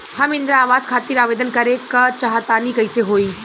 हम इंद्रा आवास खातिर आवेदन करे क चाहऽ तनि कइसे होई?